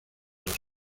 los